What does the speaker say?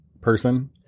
person